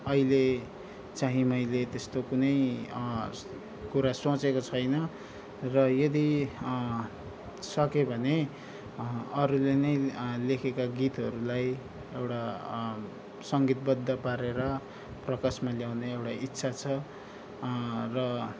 अहिले चाहिँ मैले त्यस्तो कुनै कुरा सोचेको छैन र यदि सकेँ भने अरूले नै लेखेका गीतहरूलाई एउटा सङ्गीतबद्ध पारेर प्रकाशमा ल्याउने एउटा इच्छा छ र